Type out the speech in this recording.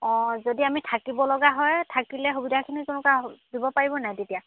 অঁ যদি আমি থাকিব লগা হয় থাকিলে সুবিধাখিনি তেনেকুৱা দিব পাৰিব নে তেতিয়া